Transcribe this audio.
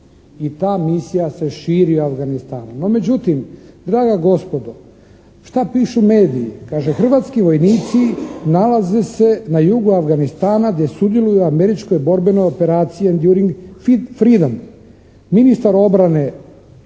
i ta misija se širi Afganistanom. No međutim draga gospodo šta pišu mediji? Kaže hrvatski vojnici nalaze se na jugu Afganistana gdje sudjeluju u američkoj borbenoj operaciji "Enduring freedom". Ministar obrane